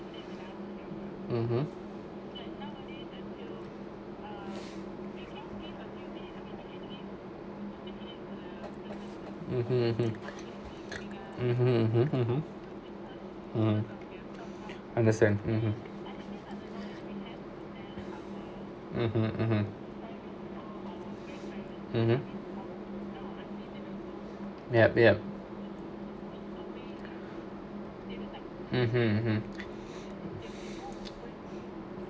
mmhmm mm understand mmhmm yup yup mmhmm